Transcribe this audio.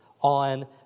on